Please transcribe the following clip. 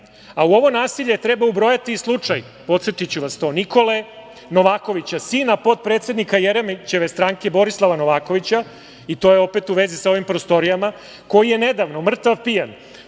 ovo nasilje treba ubrojati i slučaj, podsetiću vas to, Nikole Novakovića, sina potpredsednika Jeremićeve stranke Borislava Novakovića, i to je opet u vezi sa ovim prostorijama, koji je nedavno mrtav pijan